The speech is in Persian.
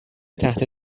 تحت